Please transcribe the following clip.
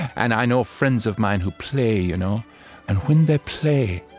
and i know friends of mine who play, you know and when they play,